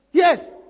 Yes